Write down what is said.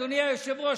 אדוני היושב-ראש,